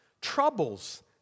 troubles